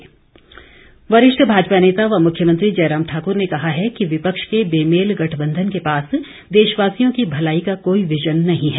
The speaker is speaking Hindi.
जयराम वरिष्ठ भाजपा नेता व मुख्यमंत्री जयराम ठाकुर ने कहा है कि विपक्ष के बेमेल गठबंधन के पास देशवासियों की भलाई का कोई विजन नहीं है